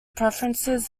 preferences